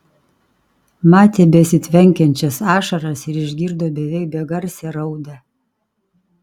matė besitvenkiančias ašaras ir išgirdo beveik begarsę raudą